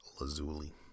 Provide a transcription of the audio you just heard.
Lazuli